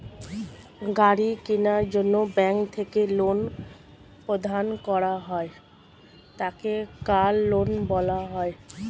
গাড়ি কেনার জন্য ব্যাঙ্ক থেকে যে লোন প্রদান করা হয় তাকে কার লোন বলা হয়